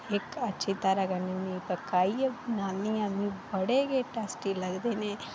इक अच्छी तरह् कन्नै बनान्नी आं मिं बड़े गै टेस्टी लगदे